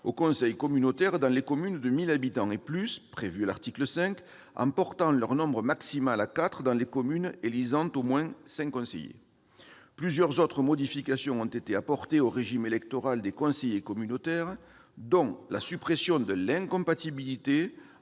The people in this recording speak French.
au conseil communautaire dans les communes de 1 000 habitants et plus, prévu à l'article 5, en portant leur nombre maximal à quatre dans les communes élisant au moins cinq conseillers. Plusieurs autres modifications ont été apportées au régime électoral des conseillers communautaires, dont la suppression de l'incompatibilité